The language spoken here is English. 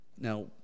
now